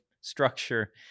structure